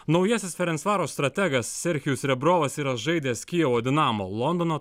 naujasis ferensvaroš strategas serchijus rebrovas yra žaidęs kijevo dinamo londono